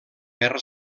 guerra